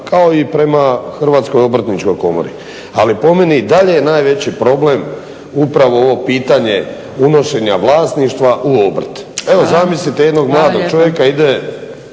kao i prema Hrvatskoj obrtničkoj komori. Ali po meni i dalje je najveći problem upravo ovo pitanje unošenja vlasništva u obrt. Evo zamislite jednog mladog čovjeka, jedna